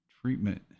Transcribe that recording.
treatment